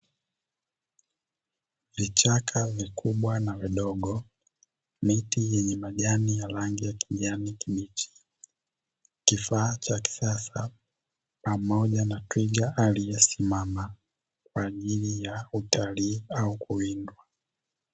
Vichaka vikubwa na vidogo, miti yenye majani ya rangi ya kijani kibichi, kifaa cha kisasa pamoja na twiga aliyesimama kwa ajili ya utalii au kuwindwa.